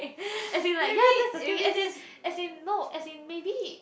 as in like ya that's the thing as in as in no maybe